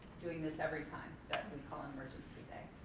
doing this every time that we call an emergency day.